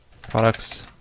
products